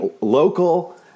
local